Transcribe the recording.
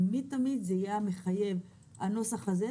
תמיד המחייב יהיה הנוסח הזה,